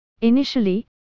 Initially